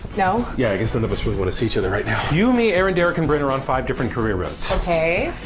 no. yeah, i guess none of us really want to see each other right now. you, me, aaron, derek and bryn are on five different career routes. ok.